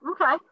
Okay